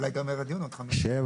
7,